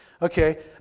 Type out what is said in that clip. Okay